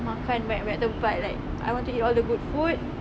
makan banyak banyak tempat like I want to eat all the good food